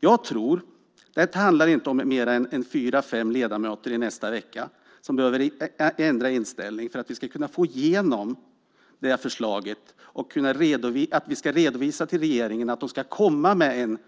Jag tror att det inte handlar om mer än fyra fem ledamöter som nästa vecka behöver ändra inställning för att vi ska få igenom det här förslaget och kunna framföra till regeringen att den ska komma med en